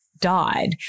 died